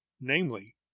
namely